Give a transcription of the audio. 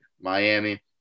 Miami